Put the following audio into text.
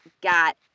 got